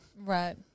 Right